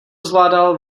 zvládal